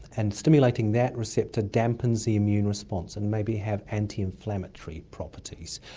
and stimulating that receptor dampens the immune response and maybe has antiinflammatory properties.